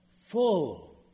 Full